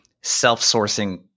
self-sourcing